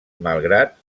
malgrat